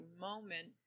moment